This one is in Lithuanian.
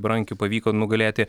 berankiui pavyko nugalėti